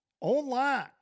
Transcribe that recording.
Online